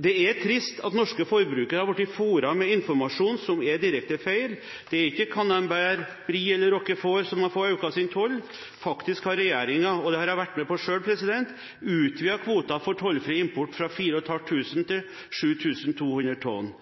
Det er trist at norske forbrukere har blitt fôret med informasjon som er direkte feil. Det er ikke Camembert, Brie eller Roquefort som har fått økt toll. Faktisk har regjeringen – og det har jeg vært med på selv – utvidet kvoten for tollfri import fra 4 500 til 7 200 tonn.